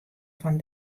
fan